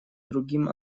другим